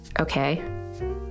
Okay